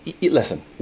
listen